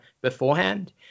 beforehand